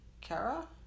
Kara